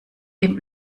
dem